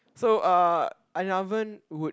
so uh an oven would